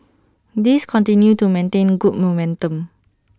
these continue to maintain good momentum